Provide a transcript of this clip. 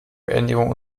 beendigung